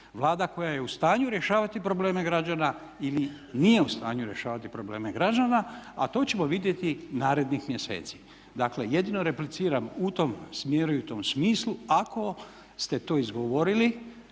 vlada koja je u stanju rješavati probleme građana ili nije u stanju rješavati probleme građana a to ćemo vidjeti narednih mjeseci. Dakle, jedino repliciram u tom smjeru i u tom smislu ako ste to izgovorili.